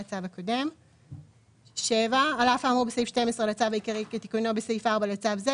7. על אף האמור בסעיף 12 לצו העיקרי בתיקונו בסעיף 4 לצו זה,